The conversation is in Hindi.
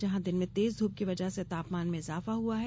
जहां दिन में तेज धूप की वजह से तापमान में इजाफा हुआ है